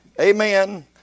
Amen